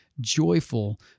joyful